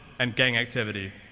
and gang activity.